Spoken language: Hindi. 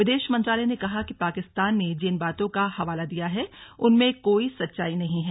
विदेश मंत्रालय ने कहा कि पाकिस्तान ने जिन बातों का हवाला दिया है उनमें कोई सच्चाई नहीं है